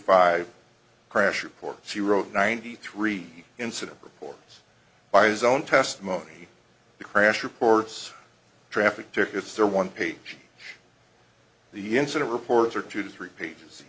five crash reports he wrote ninety three incident reports by his own testimony crash reports traffic tickets or one page the incident reports are two to three pages